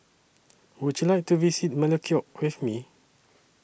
Would YOU like to visit Melekeok with Me